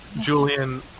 Julian